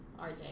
RJ